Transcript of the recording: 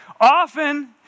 Often